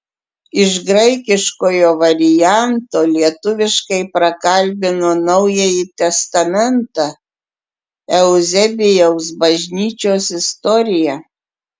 iš graikiškojo varianto lietuviškai prakalbino naująjį testamentą euzebijaus bažnyčios istoriją